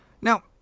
now